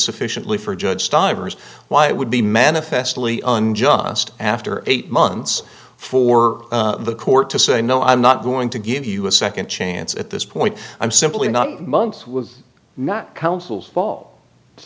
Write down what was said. sufficiently for judge stivers why it would be manifestly unjust after eight months for the court to say no i'm not going to give you a second chance at this point i'm simply not months was not councils all it's